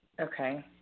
Okay